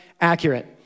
accurate